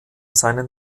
seinen